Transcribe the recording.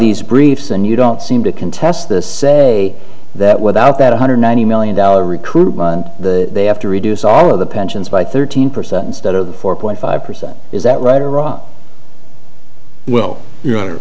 these briefs and you don't seem to contest this say that without that one hundred ninety million dollar recruitment they have to reduce all of the pensions by thirteen percent instead of four point five percent is that right or wrong well you're